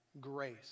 grace